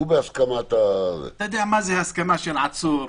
אתה יודע מה זה הסכמה של עצור?